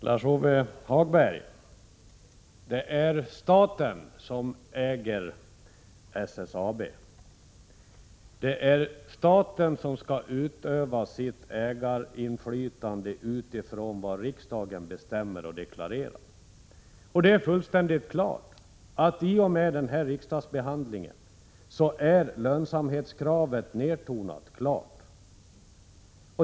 Fru talman! Det är staten som äger SSAB, Lars-Ove Hagberg. Det är staten som skall utöva sitt ägarinflytande utifrån vad riksdagen bestämmer och deklarerar. Och det är fullständigt klart att i och med den här riksdagsbehandlingen är lönsamhetskravet nertonat.